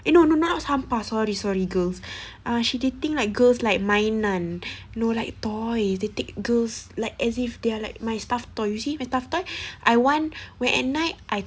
eh no no not sampah sorry sorry girls uh she dating like girls like mainan no like toys the thick girls like as if they are like my stuffed toy you see my stuffed toy I want when at night I